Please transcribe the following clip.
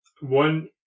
one